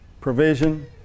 Provision